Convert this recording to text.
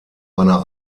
einer